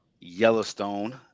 yellowstone